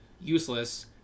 useless